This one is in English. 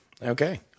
Okay